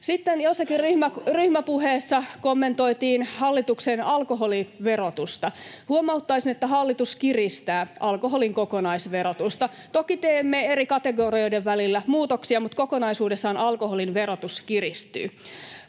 jossakin ryhmäpuheessa kommentoitiin hallituksen alkoholiverotusta: Huomauttaisin, että hallitus kiristää alkoholin kokonaisverotusta. Toki teemme eri kategorioiden välillä muutoksia, mutta kokonaisuudessaan alkoholin verotus kiristyy.